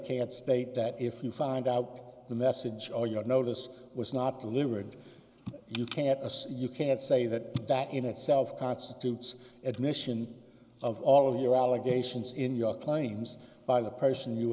can't state that if you find out the message or your notice was not delivered you can't you can't say that that in itself constitutes admission of all of your obligations in your claims by the person you